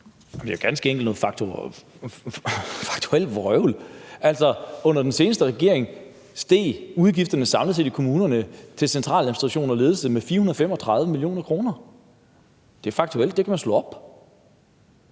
Det er ganske enkelt noget faktuelt vrøvl. Under den seneste regering steg udgifterne i kommunerne til centraladministration og ledelse samlet set med 435 mio. kr. Det er faktuelt – det kan man slå op.